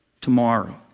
Tomorrow